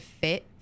fit